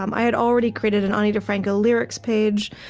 um i had already created an ani difranco lyrics page.